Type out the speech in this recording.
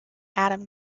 adam